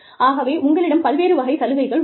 ஆகவே உங்களிடம் பல்வேறு வகை சலுகைகள் உள்ளன